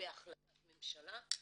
בהחלטת ממשלה,